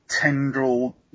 tendril